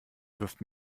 wirft